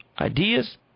ideas